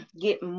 get